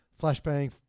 Flashbang